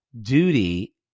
duty